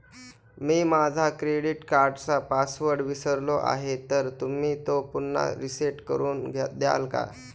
मी माझा क्रेडिट कार्डचा पासवर्ड विसरलो आहे तर तुम्ही तो पुन्हा रीसेट करून द्याल का?